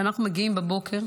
שאנחנו מגיעים בבוקר